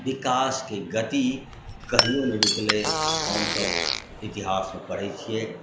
विकास के गति कहियो नहि रूकलै हमसब इतिहास मे पढ़ै छियै